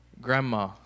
grandma